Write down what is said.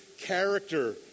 character